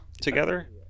Together